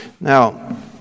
Now